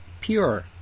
pure